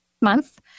month